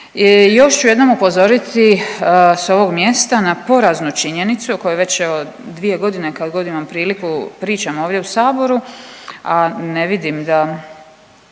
Još ću jednom upozoriti s ovog mjesta na poraznu činjenicu o kojoj već evo dvije godine kadgod imam priliku pričamo ovdje u Saboru, a ne vidim da